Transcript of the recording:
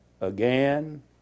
again